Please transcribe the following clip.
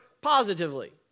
positively